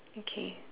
okay